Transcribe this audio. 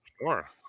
Sure